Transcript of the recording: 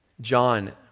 John